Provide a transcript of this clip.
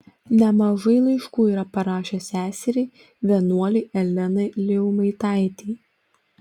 nemažai laiškų yra parašęs seseriai vienuolei elenai liuimaitei